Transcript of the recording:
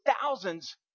thousands